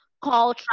Call